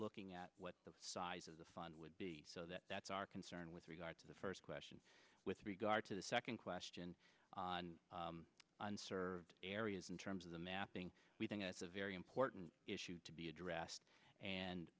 looking at what the size of the fund would be so that that's our concern with regard to the first question with regard to the second question and served areas in terms of the mapping we think it's a very important issue to be addressed and